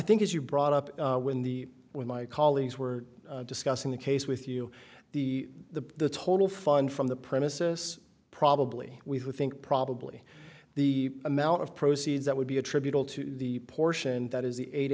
think as you brought up when the when my colleagues were discussing the case with you the the total fund from the premises probably we would think probably the amount of proceeds that would be attributed to the portion that is the